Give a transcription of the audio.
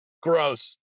gross